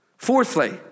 Fourthly